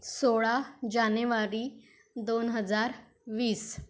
सोळा जानेवारी दोन हजार वीस